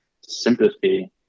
sympathy